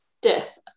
death